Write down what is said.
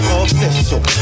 official